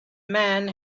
men